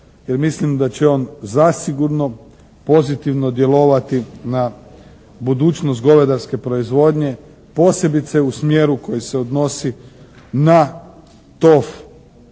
jer mislim da će on zasigurno pozitivno djelovati na budućnost govedarske proizvodnje posebice u smjeru koji se odnosi na tov